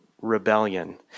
rebellion